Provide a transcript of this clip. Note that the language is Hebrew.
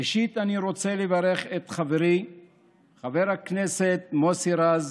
ראשית, אני רוצה לברך את חברי חבר הכנסת מוסי רז